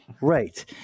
Right